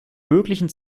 möglichen